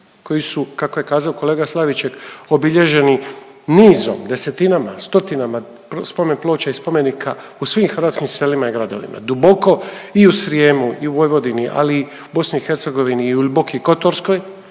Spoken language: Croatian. koji su, kako je kazao kolega Slaviček, obilježeni nizom, desetinama, stotinama spomen ploča i spomenika u svim hrvatskim selima i gradovima duboko i u Srijemu i u Vojvodini, ali i u BiH i u Boki kotorskoj